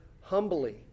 humbly